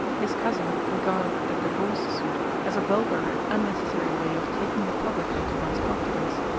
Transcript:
his cousin regarded a divorce-suit as a vulgar and unnecessary way of taking the public into one's confidence.